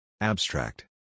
Abstract